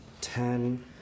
ten